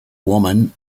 woman